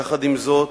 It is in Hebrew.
יחד עם זאת,